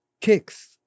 kicks